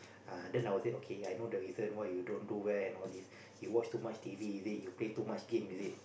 (uh)then I will say okay I know the reason why you don't do well and all this you watch too much T_V is it you play too much game is it